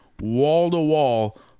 wall-to-wall